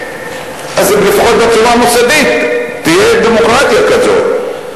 אז לפחות בצורה המוסדית תהיה דמוקרטיה כזאת.